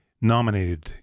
nominated